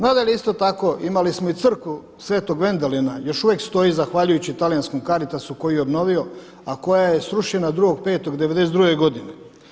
Nadalje isto tako imali smo i crkvu sv. Vendelina, još uvijek stoji zahvaljujući talijanskom Caritasu koji ju je obnovio, a koja je srušena 2.5.'92. godine.